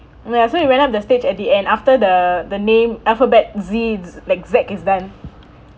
ya so we went up the stage at the end after the the name alphabet Z like Z is done